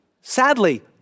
Sadly